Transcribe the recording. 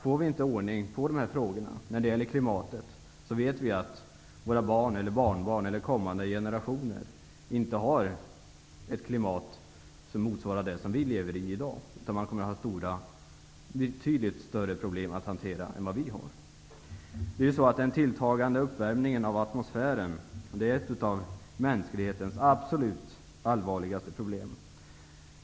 Får vi inte ordning på frågorna om klimatet kommer våra barn, barnbarn eller kommande generationer inte att ha ett klimat som motsvarar det som vi i dag lever i. Man kommer att ha att hantera problem som är betydligt större än de som vi har. Den tilltagande uppvärmningen av atmosfären är ett av mänsklighetens absolut allvarligaste problem.